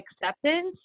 acceptance